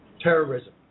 terrorism